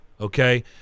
Okay